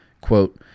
Quote